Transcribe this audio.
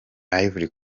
ivory